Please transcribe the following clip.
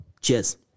Cheers